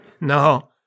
No